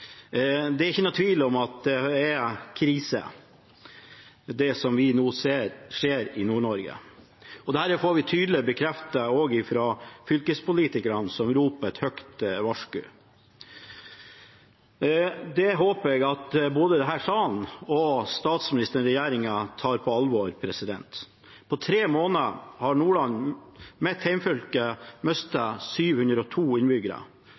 Det er ikke noen tvil om at det er krise, det som vi nå ser skje i Nord-Norge. Dette får vi tydelig bekreftet fra fylkespolitikerne, som roper et høyt varsku. Det håper jeg at både denne salen og statsministeren og regjeringen tar på alvor. På tre måneder har Nordland, mitt hjemfylke, mistet 702 innbyggere.